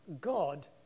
God